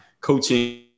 coaching